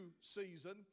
season